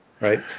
Right